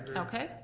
okay.